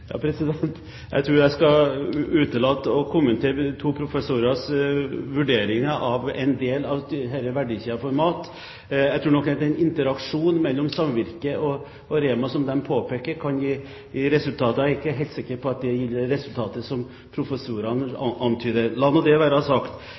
Jeg tror jeg skal utelate å kommentere to professorers vurdering av en del av verdikjeden for mat. Jeg tror nok at en interaksjon mellom samvirket og Rema, som de påpeker, kan gi resultater. Jeg er ikke helt sikker på at det gir de resultatene som professorene